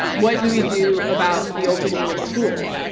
what do we do about the opening of schools?